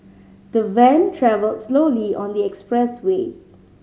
the van travelled slowly on the expressway